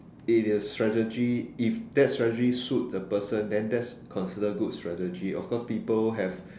it is strategy if that strategy suit the person then that's considered good strategy of course people have